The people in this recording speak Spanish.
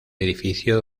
edificio